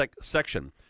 section